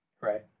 Right